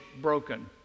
broken